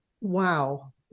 Wow